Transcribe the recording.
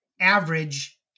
Average